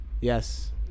Yes